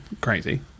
crazy